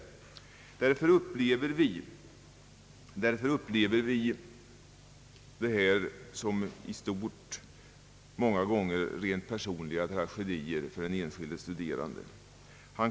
Vi upplever här många gånger rent personliga tragedier för de enskilda studerandena.